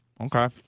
Okay